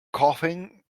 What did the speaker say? coughing